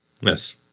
Yes